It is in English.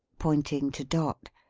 pointing to dot,